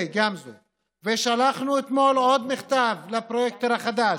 גמזו ושלחנו אתמול עוד מכתב לפרויקטור החדש,